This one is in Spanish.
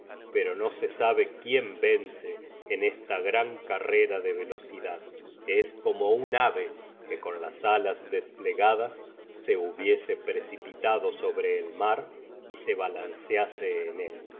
pero no se sabe quién vence en esta gran carrera de velocidad es como un ave que con las alas desplegadas se hubiese precipitado sobre el mar y se balancease en él